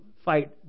fight